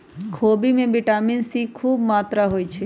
खोबि में vitamin C खूब मत्रा होइ छइ